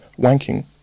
Wanking